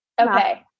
Okay